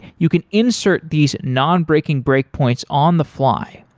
you can insert these nonbreaking breakpoints on the fly.